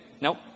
nope